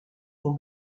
sont